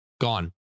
gone